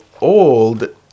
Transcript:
old